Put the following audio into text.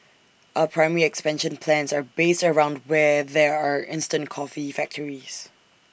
our primary expansion plans are based around where there are instant coffee factories